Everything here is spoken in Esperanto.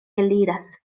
eliras